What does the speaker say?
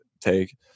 take